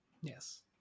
Yes